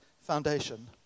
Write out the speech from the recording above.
foundation